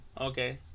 Okay